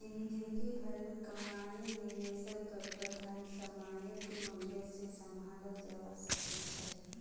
जिंदगी भरेर कमाईक निवेशेर तौर पर धन सामयिक मूल्य से सम्भालाल जवा सक छे